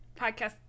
Podcast-